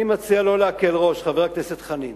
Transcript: אני מציע לא להקל ראש, חבר הכנסת חנין.